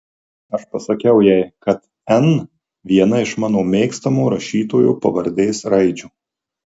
aš pasakiau jai kad n viena iš mano mėgstamo rašytojo pavardės raidžių